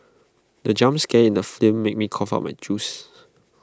the jump scare in the film made me cough out my juice